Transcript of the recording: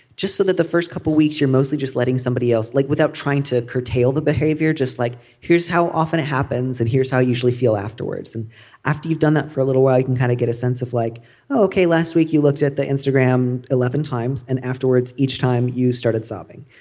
just so that the first couple of weeks you're mostly just letting somebody else like without trying to curtail the behavior just like here's how often it happens and here's how i usually feel afterwards. and after you've done that for a little while you can kind of get a sense of like oh ok last week you looked at the instagram eleven times and afterwards each time you started sobbing.